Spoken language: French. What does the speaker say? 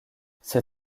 ses